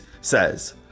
says